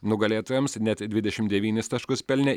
nugalėtojams net dvidešimt devynis taškus pelnė